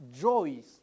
joys